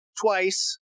twice